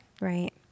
Right